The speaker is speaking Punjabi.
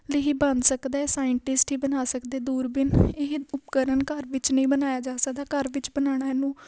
ਦੀ ਹੀ ਬਣ ਸਕਦਾ ਸਾਇੰਟਿਸਟ ਹੀ ਬਣਾ ਸਕਦੇ ਦੂਰਬੀਨ ਇਹ ਉਪਕਰਨ ਘਰ ਵਿੱਚ ਨਹੀਂ ਬਣਾਇਆ ਜਾ ਸਕਦਾ ਘਰ ਵਿੱਚ ਬਣਾਉਣਾ ਇਹਨੂੰ